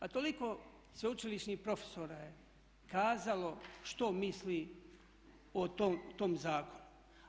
A toliko sveučilišnih profesora je kazalo što misli o tom zakonu.